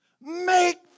Make